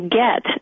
get